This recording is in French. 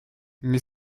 mais